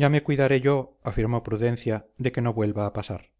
ya me cuidaré yo afirmó prudencia de que no vuelva a pasar